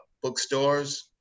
bookstores